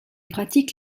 pratique